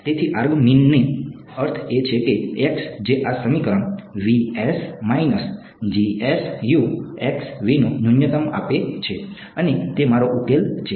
તેથી આર્ગમીનનો અર્થ એ છે કે x જે આ સમીકરણ નું ન્યૂનતમ આપે છે અને તે મારો ઉકેલ છે